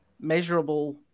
measurable